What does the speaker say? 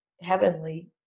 heavenly